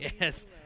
Yes